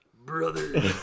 Brother